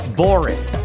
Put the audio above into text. boring